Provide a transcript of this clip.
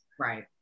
Right